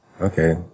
Okay